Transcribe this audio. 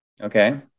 Okay